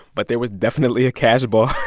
but there was definitely a cash bar.